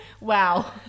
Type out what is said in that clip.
wow